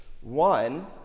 One